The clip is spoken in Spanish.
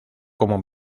como